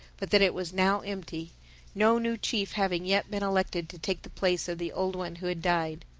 but that it was now empty no new chief having yet been elected to take the place of the old one who had died.